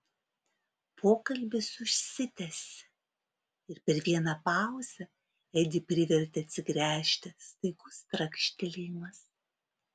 pokalbis užsitęsė ir per vieną pauzę edį privertė atsigręžti staigus trakštelėjimas